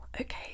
Okay